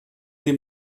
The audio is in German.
dem